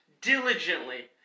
diligently